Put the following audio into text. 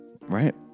right